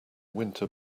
winter